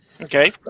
okay